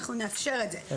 אנחנו נאפשר את זה.